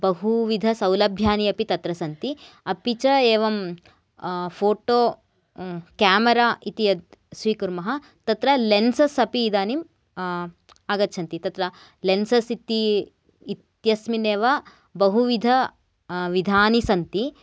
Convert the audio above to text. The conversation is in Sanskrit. बहु विध सौलभ्यानि अपि तत्र सन्ति अपि च एवं फोटो क्यामरा इति यत् स्वीकुर्मः तत्र लेन्सस् अपि इदानीम् आगच्छन्ति तत्र लेन्सस् इति इत्यस्मिन् एव बहु विध विधानि सन्ति